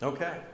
Okay